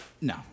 No